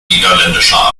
niederländischer